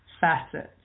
facets